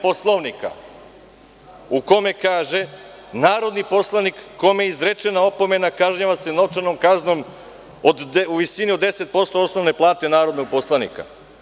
Poslovnika, u kome se kaže – narodni poslanik kome je izrečena opomena kažnjava se novčanom kaznom u visini od 10% osnovne plate narodnog poslanika.